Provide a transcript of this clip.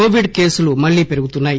Covid కేసులు మల్లీ పెరుగుతున్నాయి